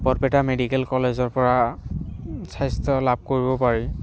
Barpeta medical কলেজৰ পৰা স্বাস্থ্য লাভ কৰিব পাৰি